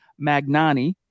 Magnani